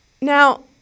Now